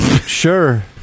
Sure